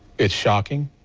it's shocking.